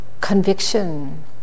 conviction